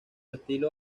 estilo